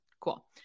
cool